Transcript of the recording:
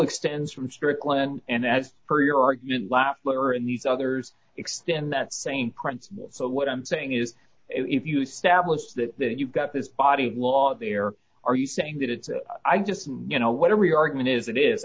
extends from strickland and as per your argument last letter and these others extend that same principle so what i'm saying is if you stab was that that you've got this body of law there are you saying that it's i just you know what are we argument is it is